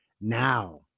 now